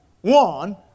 one